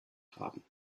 haben